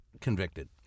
convicted